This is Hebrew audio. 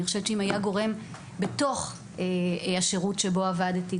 אני חושבת שאם היה גורם בתוך השירות שבו עבדתי,